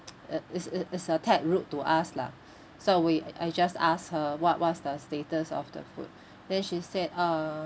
uh it's uh it's a tad rude to us lah so we I just asked her what what's the status of the food then she said uh